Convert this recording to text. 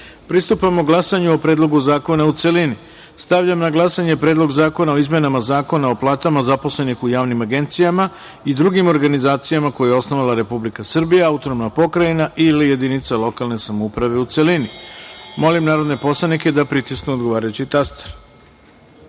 glasanju o Predlogu zakona u celini. Stavljam na glasanje Predloga zakona o izmenama Zakona o platama zaposlenih u javnim agencijama i drugim organizacijama koje je osnovala Republika Srbija, autonomna pokrajina ili jedinice lokalne samouprave, u celini. Molim narodne poslanike da pritisnu odgovarajući